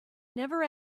never